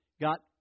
Got